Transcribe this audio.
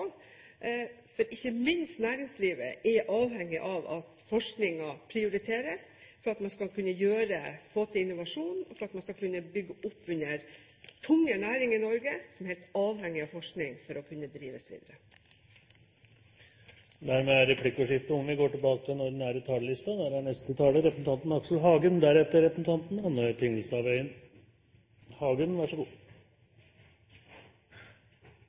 Ikke minst er næringslivet avhengig av at forskningen prioriteres for at man skal kunne få til innovasjon, og for at man skal kunne bygge opp under tunge næringer i Norge som er helt avhengige av forskning for å kunne drive videre. Replikkordskiftet er dermed omme. Helhetlig tenkning er viktig i de fleste sammenhenger, ikke minst når det gjelder statsbudsjettet. Det er